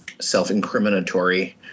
self-incriminatory